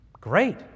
Great